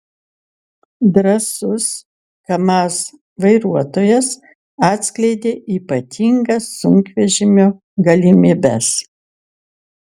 drąsus kamaz vairuotojas atskleidė ypatingas sunkvežimio galimybes